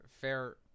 fair